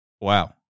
wow